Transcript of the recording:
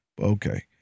okay